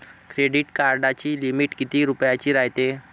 Credit कार्डाची limit कितीक रुपयाची रायते?